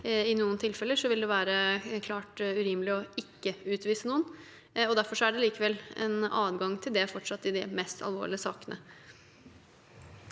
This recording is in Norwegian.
i noen tilfeller vil være klart urimelig å ikke utvise noen, og derfor er det likevel fortsatt en adgang til det i de mest alvorlige sakene.